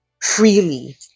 freely